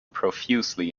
profusely